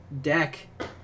deck